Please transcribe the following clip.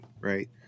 right